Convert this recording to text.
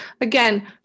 again